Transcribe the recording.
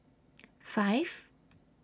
five